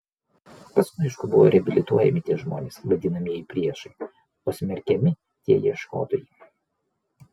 paskui aišku buvo reabilituojami tie žmonės vadinamieji priešai o smerkiami tie ieškotojai